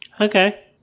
Okay